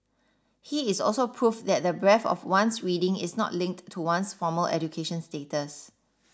he is also proof that the breadth of one's reading is not linked to one's formal education status